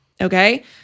Okay